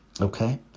okay